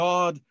God